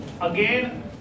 again